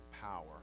power